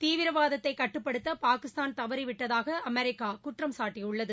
தீவிரவாதத்தை கட்டுப்படுத்த பாகிஸ்தான் தவறிவிட்டதாக அமெரிக்கா குற்றம் சாட்டியுள்ளது